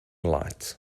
light